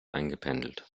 eingependelt